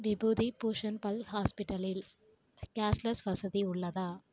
பிபுதி பூஷன் பல் ஹாஸ்பிட்டலில் கேஷ்லெஸ் வசதி உள்ளதா